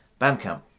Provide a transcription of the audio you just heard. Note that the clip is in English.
Bandcamp